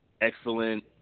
excellent